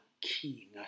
King